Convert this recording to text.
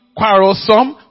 quarrelsome